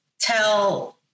tell